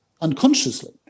unconsciously